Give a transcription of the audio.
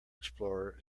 explorer